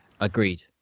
agreed